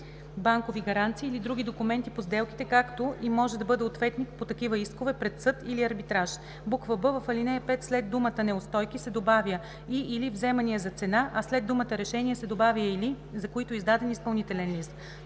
банкови гаранции или други документи по сделките, както и може да бъде ответник по такива искове пред съд или арбитраж.”; б) в ал. 5 след думата „неустойки” се добавя „и/или вземания за цена”, а след думата „решение” се добавя „или, за които е издаден изпълнителен лист”.